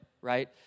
right